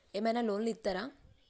ఏమైనా లోన్లు ఇత్తరా?